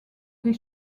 des